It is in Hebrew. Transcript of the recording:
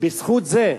בזכות זה,